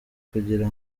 kugira